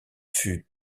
fut